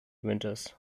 winters